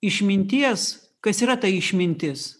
išminties kas yra ta išmintis